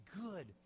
good